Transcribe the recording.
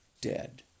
Dead